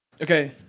Okay